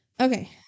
Okay